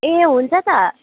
ए हुन्छ त